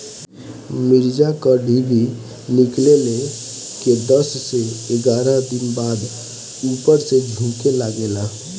मिरचा क डिभी निकलले के दस से एग्यारह दिन बाद उपर से झुके लागेला?